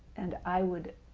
and i would